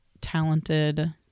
talented